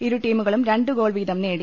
ഇരു ടീമുകളും രണ്ട് ഗോൾവീതം നേടി